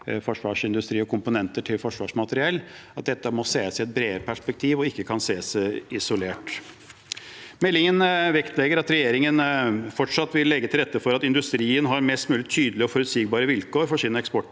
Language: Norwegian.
forsvarsindustrien og eksporten av komponenter til forsvarsmateriell. Dette må ses i et bredere perspektiv og kan ikke ses på isolert. Meldingen vektlegger at regjeringen fortsatt vil legge til rette for at industrien har mest mulig tydelige og forutsigbare vilkår for sin eksportaktivitet.